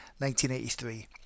1983